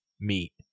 meat